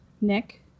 Nick